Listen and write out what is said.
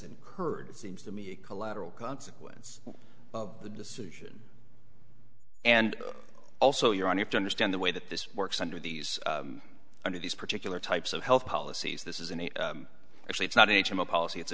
incurred seems to me a collateral consequence of the decision and also your honor to understand the way that this works under these under these particular types of health policies this is an actually it's not a policy it's a